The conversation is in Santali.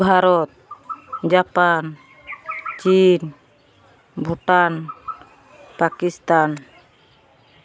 ᱵᱷᱟᱨᱚᱛ ᱡᱟᱯᱟᱱ ᱪᱤᱱ ᱵᱷᱩᱴᱟᱱ ᱯᱟᱠᱤᱥᱛᱟᱱ